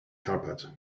carpet